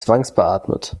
zwangsbeatmet